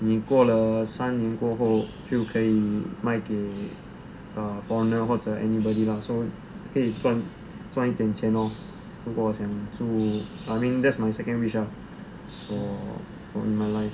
你过了三年过后就可以卖给 foreigner or anybody lah so 可以赚一点钱 lor 如果我想住 I mean that's my second wish ah for my life